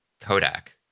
Kodak